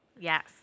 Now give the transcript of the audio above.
yes